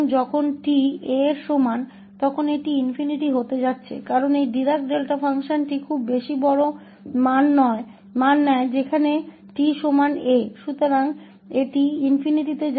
और जब t a के बराबर होता है तो यह ∞ पर जा रहा है क्योंकि यह Dirac Delta फ़ंक्शन बहुत अधिक बड़ा मान लेता है जहाँ t बराबर a होता है